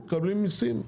מקבלים מיסים,